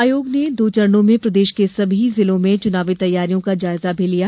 आयोग ने दो चरणों में प्रदेश के सभी जिलों में चुनावी तैयारियों का जायजा भी लिया